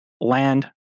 land